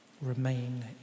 Remain